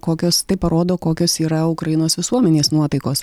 kokios tai parodo kokios yra ukrainos visuomenės nuotaikos